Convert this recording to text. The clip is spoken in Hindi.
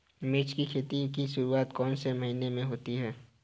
मिर्च की खेती की शुरूआत कौन से महीने में होती है?